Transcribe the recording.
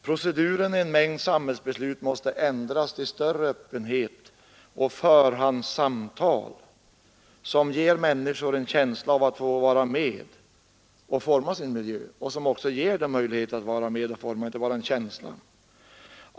Proceduren i en mängd samhällsbeslut måste ändras till Nr 150 större öppenhet och förhandssamtal, som ger människor en känsla av att Måndagen den få vara med och forma sin miljö och som också ger dem möjlighet därtill 10 december 1973 och inte bara en känsla.